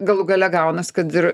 galų gale gaunas kad ir